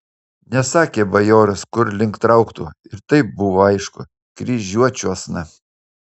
nesakė bajoras kur link trauktų ir taip buvo aišku kryžiuočiuosna